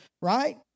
right